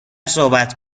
صحبت